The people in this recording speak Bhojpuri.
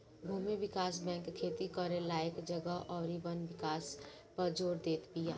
भूमि विकास बैंक खेती करे लायक जगह अउरी वन विकास पअ जोर देत बिया